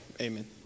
Amen